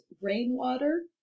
Rainwater